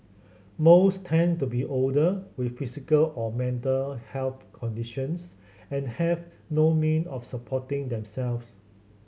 most tend to be older with physical or mental health conditions and have no mean of supporting themselves